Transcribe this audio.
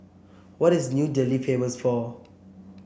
what is New Delhi famous for